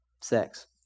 Sex